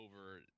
over